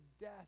death